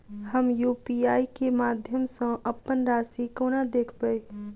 हम यु.पी.आई केँ माध्यम सँ अप्पन राशि कोना देखबै?